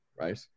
Right